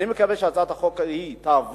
אני מקווה שהצעת החוק תעבור.